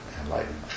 enlightenment